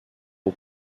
aux